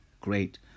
great